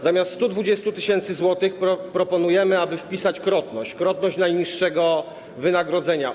Zamiast 120 tys. zł proponujemy, aby wpisać krotność - krotność najniższego wynagrodzenia.